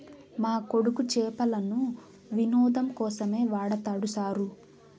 మా కొడుకు చేపలను వినోదం కోసమే పడతాడు సారూ